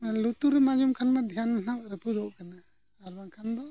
ᱟᱨ ᱞᱩᱛᱩᱨᱮᱢ ᱟᱸᱡᱚᱢ ᱠᱷᱟᱱ ᱢᱟᱱᱟᱦᱟᱸᱜ ᱫᱷᱮᱭᱟᱱ ᱢᱟᱱᱟᱦᱟᱸᱜ ᱨᱟᱹᱯᱩᱫᱚᱜ ᱠᱟᱱᱟ ᱟᱨ ᱵᱟᱝᱠᱷᱟᱱ ᱫᱚ